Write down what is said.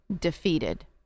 defeated